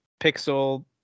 pixel